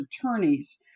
attorneys